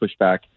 pushback